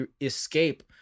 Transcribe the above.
escape